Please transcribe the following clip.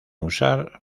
usar